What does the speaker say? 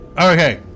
Okay